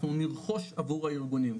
אנחנו נרכוש עבור הארגונים.